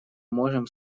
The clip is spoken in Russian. можем